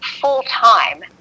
full-time